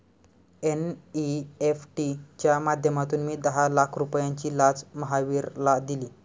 NEFT च्या माध्यमातून मी दहा लाख रुपयांची लाच महावीरला दिली